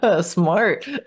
Smart